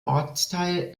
ortsteil